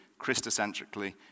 Christocentrically